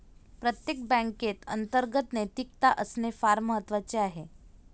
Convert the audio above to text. प्रत्येक बँकेत अंतर्गत नैतिकता असणे फार महत्वाचे आहे